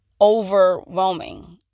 overwhelming